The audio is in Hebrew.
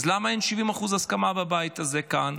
אז למה אין 70% הסכמה בבית הזה כאן,